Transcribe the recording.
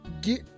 Get